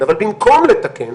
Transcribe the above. אבל במקום לתקן,